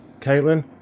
Caitlin